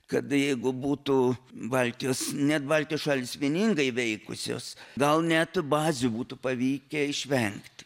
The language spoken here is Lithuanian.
kad jeigu būtų baltijos net baltijos šalys vieningai veikusios gal net bazių būtų pavykę išvengti